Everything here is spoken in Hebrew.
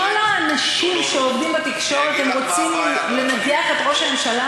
אנחנו שוב חוזרות וחוזרים למצב שבו, הנה,